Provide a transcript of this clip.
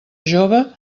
jove